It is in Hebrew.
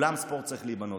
אולם ספורט צריך להיבנות.